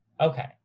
Okay